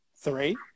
Three